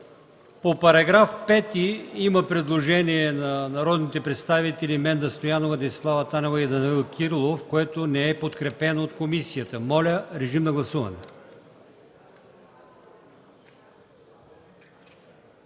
По § 5 има предложение на народните представители Менда Стоянова, Десислава Танева и Данаил Кирилов, което не е подкрепено от комисията. Гласували